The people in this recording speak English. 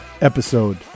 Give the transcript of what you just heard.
episode